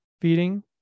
feeding